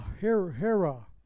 Hera